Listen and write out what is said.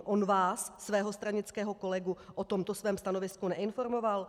On vás, svého stranického kolegu, o tomto svém stanovisku neinformoval?